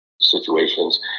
situations